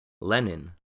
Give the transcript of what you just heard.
Lenin